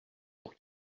pour